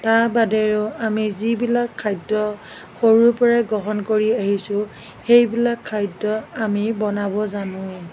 তাৰ বাদেও আমি যিবিলাক খাদ্য সৰুৰ পৰাই গ্ৰহণ কৰি আহিছোঁ সেইবিলাক খাদ্য আমি বনাব জানো